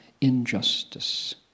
injustice